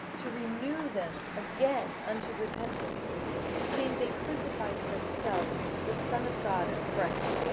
to renew them again unto repentance seeing they crucify to themselves the son of god afresh,